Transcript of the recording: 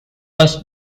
was